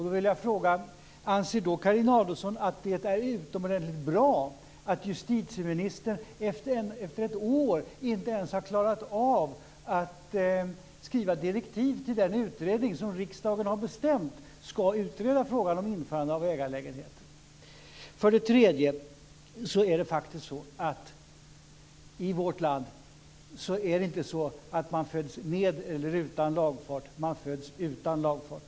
Då vill jag fråga: Anser då Carina Adolfsson att det är utomordentligt bra att justitieministern efter ett år inte ens har klarat av skriva direktiv till den utredning som riksdagen har bestämt ska utreda frågan om införande av ägarlägenheter? För det tredje är det inte så i vårt land att man föds med eller utan lagfart. Man föds utan lagfart.